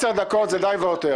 עשר דקות זה די והותר.